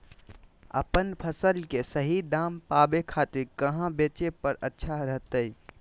अपन फसल के सही दाम पावे खातिर कहां बेचे पर अच्छा रहतय?